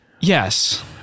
yes